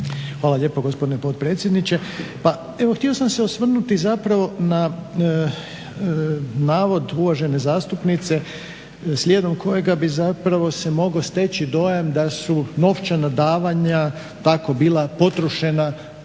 Hvala lijepo gospodine potpredsjedniče. Pa evo htio sam se osvrnuti zapravo na navod uvažene zastupnice slijedom kojega bi zapravo mogao se steći dojam da su novčana davanja tako bila potrošena